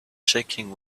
shaking